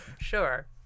Sure